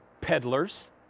Peddlers